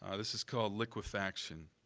ah this is called liquefaction.